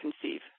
conceive